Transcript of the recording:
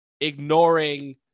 ignoring